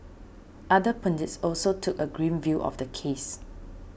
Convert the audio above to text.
other pundits also took a grim view of the case